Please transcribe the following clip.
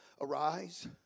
Arise